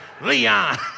Leon